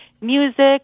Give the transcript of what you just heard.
music